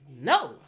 No